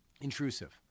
intrusive